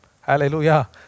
Hallelujah